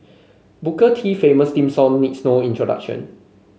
booker T famous theme song needs no introduction